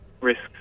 risks